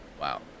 Wow